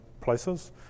places